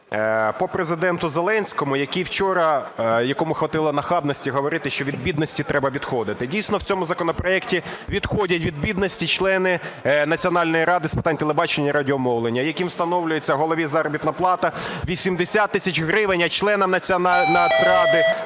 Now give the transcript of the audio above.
По Президенту Зеленському, який вчора…, якому хватило нахабності говорити, що від бідності треба відходити. Дійсно, в цьому законопроекті відходять від бідності члени Національної ради з питань телебачення і радіомовлення, яким встановлюється: голові заробітна плата – 80 тисяч гривень, а членам Нацради